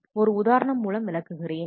ஒரு உதாரணம் மூலம் விளக்குகிறேன்